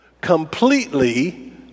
completely